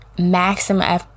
Maximum